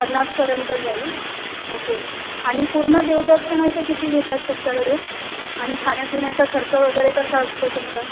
पन्नासपर्यंत जाईल ओके आणि पूर्ण देवदर्शनाचे किती घेतात तुमच्याकडे आणि खाण्यापिण्याचा खर्च वगैरे कसा असतो तुमचा